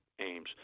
aims